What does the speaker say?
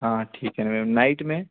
हाँ हाँ ठीक है मैम नाइट में